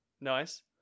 Nice